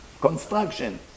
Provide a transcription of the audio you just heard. construction